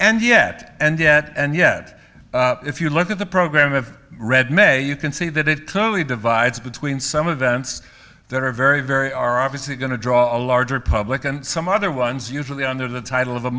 and yet and yet and yet if you look at the program of read may you can see that it clearly divides between some of them that are very very are obviously going to draw a larger public and some other ones usually under the title of the